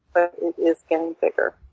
but it is getting bigger.